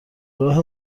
راه